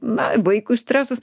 na vaikui stresas